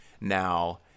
now